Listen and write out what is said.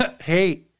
Hey